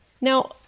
Now